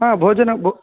हा भोजनं भो